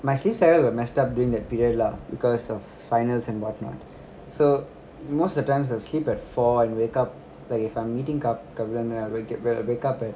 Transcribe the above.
my sleep cycle got messed up during that period lah because of finals and what not so most of the times I'll sleep at four and wake up like if I'm meeting ka~ kabulan then I'll wa~ w~ wake up at